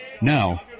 Now